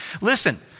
Listen